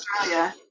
Australia